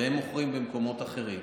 והם מוכרים במקומות אחרים.